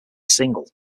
single